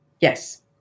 Yes